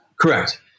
Correct